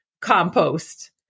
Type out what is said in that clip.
compost